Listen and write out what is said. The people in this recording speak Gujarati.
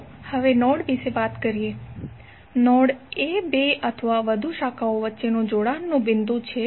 ચાલો હવે નોડ વિશે વાત કરીએ નોડ એ બે અથવા વધુ શાખાઓ વચ્ચેના જોડાણનુ બિંદુ છે